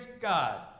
God